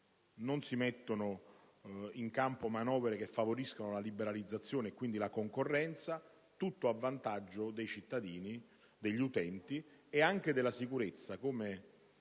non si mettono in campo manovre che favoriscono la liberalizzazione e quindi la concorrenza, a tutto vantaggio dei cittadini, degli utenti e anche della sicurezza,